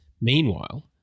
meanwhile